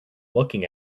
looking